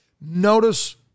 Notice